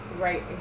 Right